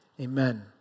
Amen